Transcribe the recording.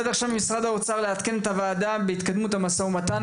משרד האוצר נדרש לעדכן בנוגע להתקדמות המשא ומתן,